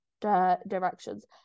directions